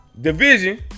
division